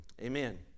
Amen